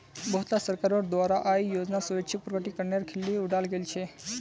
बहुतला सरकारोंर द्वारा आय योजनार स्वैच्छिक प्रकटीकरनेर खिल्ली उडाल गेल छे